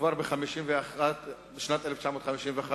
כבר בשנת 1951,